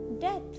death